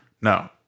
No